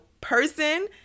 person